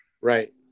right